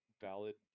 valid